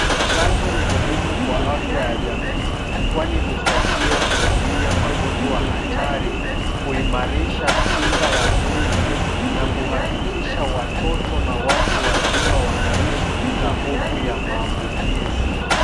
Chanjo ni muhumu kwa afya ya jamii kwani husaidia kuzuia magonjwa hatari, kuimarisha kinga ya mwili na kuhakikisha watoto na watu wazima wanaishi bila hofu ya maabukizi.